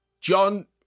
John